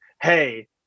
hey